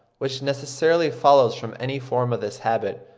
which necessarily follows from any form of this habit,